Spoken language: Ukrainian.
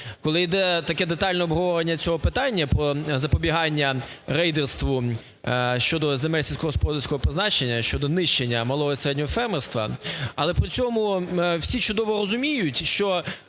Коли йде таке детальне обговорення цього питання про запобігання рейдерству щодо земель сільськогосподарського призначення, щодо нищення малого і середнього фермерства, але при цьому всі чудово розуміють, що,